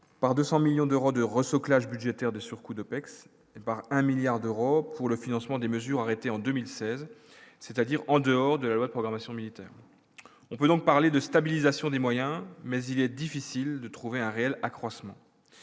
par 200 millions d'euros de Reso budgétaire de surcoût de OPEX et par un milliard d'euros pour le financement des mesures arrêtées en 2016, c'est-à-dire en dehors de la loi de programmation militaire, on peut donc parler de stabilisation des moyens mais il est difficile de trouver un réel accroissement